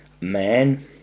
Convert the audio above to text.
man